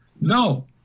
No